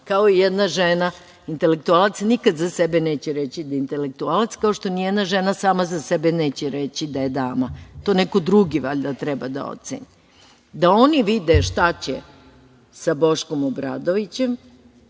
kao i jedna žena nikada za sebe neće reći da je intelektualac, kao što nijedna žena sama za sebe neće reći da je dama. To neko drugi valjda treba da oceni. Da oni vide šta će sa Boškom Obradovićem.